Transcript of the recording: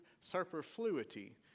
superfluity